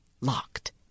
Locked